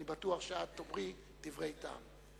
ואני בטוח שאת תאמרי דברי טעם.